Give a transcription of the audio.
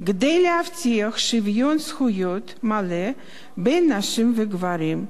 כדי להבטיח שוויון זכויות מלא בין נשים וגברים.